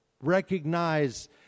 Recognize